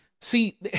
see